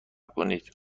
کنید